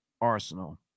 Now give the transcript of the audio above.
arsenal